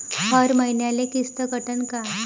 हर मईन्याले किस्त कटन का?